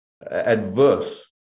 adverse